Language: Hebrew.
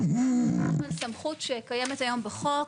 הסמכות שקיימת היום בחוק,